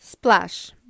Splash